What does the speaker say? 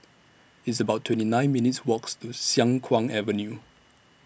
It's about twenty nine minutes' Walks to Siang Kuang Avenue